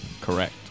Correct